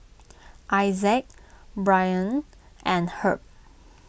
Isaac Brianne and Herb